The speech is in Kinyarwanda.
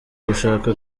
gushaka